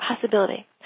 possibility